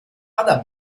other